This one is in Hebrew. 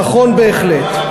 נכון בהחלט.